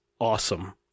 awesome